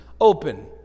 open